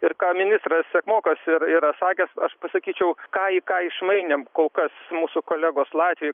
ir ką ministras sekmokas ir yra sakęs aš pasakyčiau ką į ką išmainėm kol kas mūsų kolegos latviai